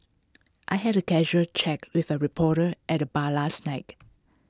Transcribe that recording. I had A casual chat with A reporter at the bar last night